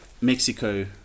mexico